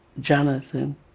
Jonathan